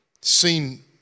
seen